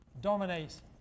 dominate